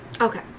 Okay